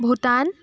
Bhutan